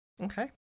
Okay